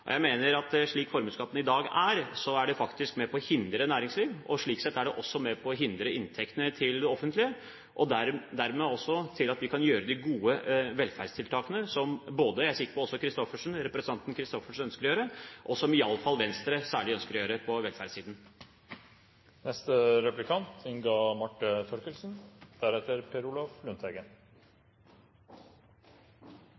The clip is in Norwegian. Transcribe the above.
Jeg mener at slik formuesskatten i dag er, er det faktisk med på å hindre næringsliv. Slik sett er det også med på å minske inntektene til det offentlige og dermed mulighetene for at vi kan gjøre de gode velferdstiltakene som jeg er sikker på at representanten Kristoffersen ønsker å gjøre, og som iallfall Venstre særlig ønsker å gjøre på velferdssiden.